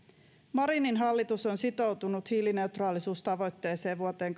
marinin hallitus on sitoutunut hiilineutraalisuustavoitteeseen vuoteen